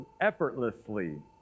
effortlessly